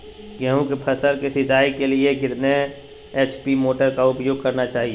गेंहू की फसल के सिंचाई के लिए कितने एच.पी मोटर का उपयोग करना चाहिए?